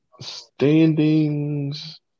standings